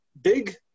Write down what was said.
Big